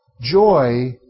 joy